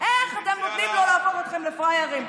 איך אתם נותנים לו להפוך אתכם לפראיירים?